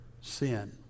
sin